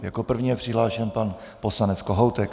Jako první je přihlášen pan poslanec Kohoutek.